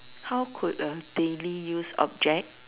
how could a daily use object